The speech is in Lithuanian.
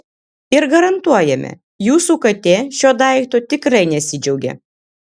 ir garantuojame jūsų katė šiuo daiktu tikrai nesidžiaugė